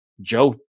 Joe